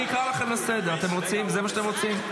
אני אקרא אתכם לסדר, זה מה שאתם רוצים?